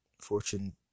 Fortune